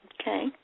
Okay